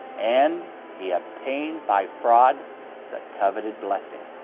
and he obtained by fraud the coveted blessing.